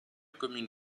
commune